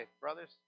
Brothers